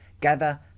gather